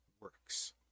works